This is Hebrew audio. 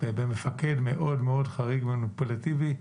במפקד מאוד-מאוד חריג ומניפולטיבי.